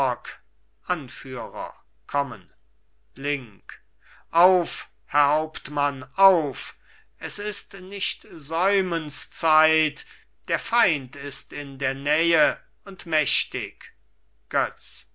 link auf herr hauptmann auf es ist nicht säumens zeit der feind ist in der nähe und mächtig götz